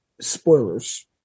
spoilers